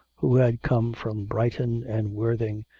who had come from brighton and worthing,